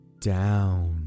down